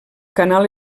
canal